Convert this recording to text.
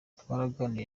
twaraganiriye